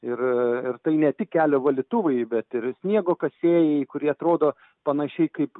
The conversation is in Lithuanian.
ir ir tai ne tik kelio valytuvai bet ir sniego kasėjai kurie atrodo panašiai kaip